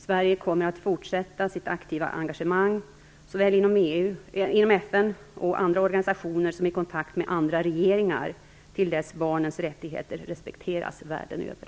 Sverige kommer att fortsätta sitt aktiva engagemang, såväl inom FN och andra organisationer som i kontakter med andra regeringar, till dess barnens rättigheter respekteras världen över.